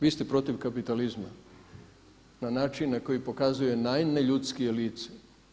Vi ste protiv kapitalizma na način koji pokazuje najneljudskije lice.